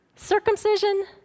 Circumcision